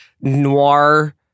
noir